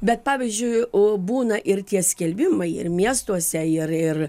bet pavyzdžiui o būna ir tie skelbimai ir miestuose ir ir